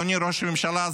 אדוני ראש הממשלה,